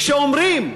כשאומרים: